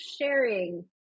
sharing